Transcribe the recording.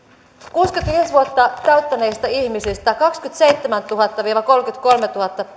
kuusikymmentäviisi vuotta täyttäneistä ihmisistä kaksikymmentäseitsemäntuhatta viiva kolmekymmentäkolmetuhatta